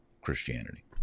Christianity